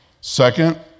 Second